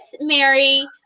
Mary